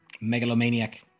Megalomaniac